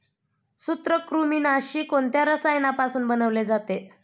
सूत्रकृमिनाशी कोणत्या रसायनापासून बनवले जाते?